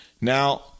Now